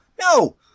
No